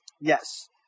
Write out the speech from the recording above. Yes